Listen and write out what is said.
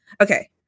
Okay